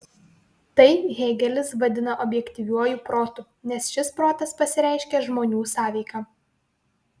tai hėgelis vadina objektyviuoju protu nes šis protas pasireiškia žmonių sąveika